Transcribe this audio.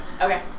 Okay